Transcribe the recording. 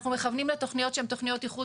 אנחנו מכוונים בתכניות שהן תכניות איחוד